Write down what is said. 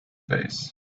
face